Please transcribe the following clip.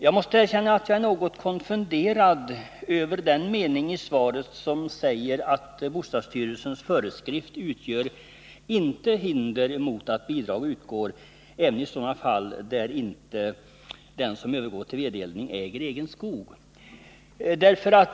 Jag måste erkänna att jag är något konfunderad över den mening i svaret där det sägs att bostadsstyrelsens föreskrift inte utgör hinder mot att bidrag utgår även i sådana fall, där den som övergår till vedeldning inte äger egen skog.